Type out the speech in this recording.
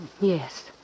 Yes